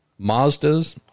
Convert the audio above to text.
Mazdas